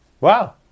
Wow